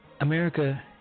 America